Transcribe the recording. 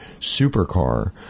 supercar